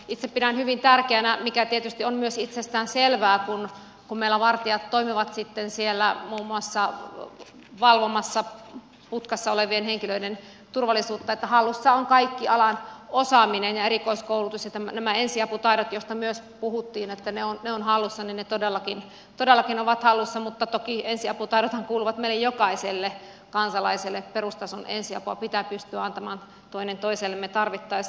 itse pidän hyvin tärkeänä mikä tietysti on myös itsestäänselvää että kun meillä vartijat toimivat sitten siellä muun muassa valvomassa putkassa olevien henkilöiden turvallisuutta niin hallussa on kaikki alan osaaminen ja erikoiskoulutus ja nämä ensiaputaidot joista myös puhuttiin että kun ne ovat hallussa niin ne todellakin ovat hallussa toki ensiaputaidothan kuuluvat meille jokaiselle kansalaiselle perustason ensiapua meidän pitää pystyä antamaan toinen toisillemme tarvittaessa